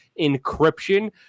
encryption